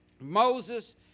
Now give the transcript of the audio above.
Moses